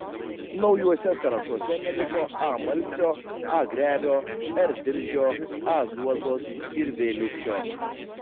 naujuose sąrašuose neliko a malcio a grevio r diržio a zuozos ir v liubšio